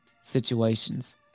situations